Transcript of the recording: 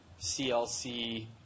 CLC